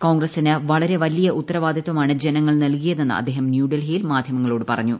കോൺഗ്രസിന് വളരെവലിയ ഉത്തരവാദിത്വമാണ് ജനങ്ങൾ നൽകിയതെന്ന് അദ്ദേഹം ന്യൂഡൽഹിയിൽ മാധ്യമങ്ങളോട് പറഞ്ഞു